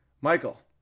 Michael